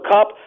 Cup